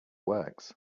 works